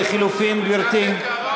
תודה לחבר הכנסת יואל חסון.